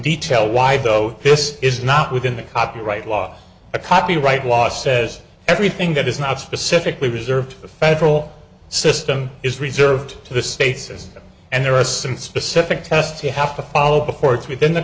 detail why though this is not within the copyright law a copyright law says everything that is not specifically reserved to the federal system is reserved to the state system and there are some specific tests you have to follow before it's within the